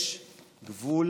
יש גבול